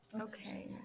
Okay